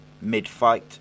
mid-fight